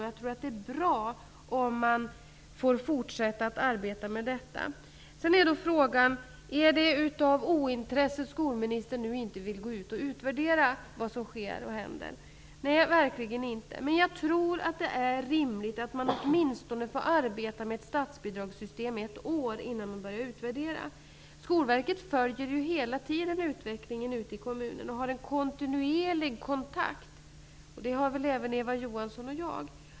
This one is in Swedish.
Jag tror att det är bra om de får fortsätta att arbeta med detta. Sedan ställs frågan om det är av ointresse som skolministern inte vill gå ut och utvärdera vad som händer och sker. Nej, verkligen inte, men jag tror att det är rimligt att man åtminstone får arbeta med ett statsbidragssystem ett år innan man börjar utvärdera. Skolverket följer ju hela tiden utvecklingen ute i kommunerna och har en kontinuerlig kontakt. Det har väl även Eva Johansson och jag.